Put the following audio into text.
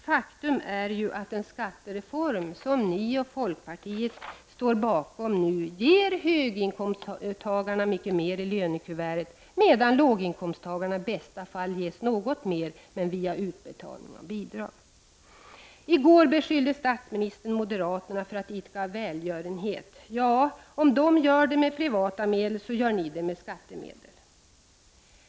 Faktum är ju att den skattereform som ni och folkpartiet nu står bakom ger höginkomsttagarna mycket mer i lönekuvertet, medan låginkomsttagarna i bästa fall ges något mer, men via utbetalning av bidrag. I går beskyllde statsministern moderaterna för att idka välgörenhet. Ja, om de gör det med privata medel så gör ni det med skattemedel!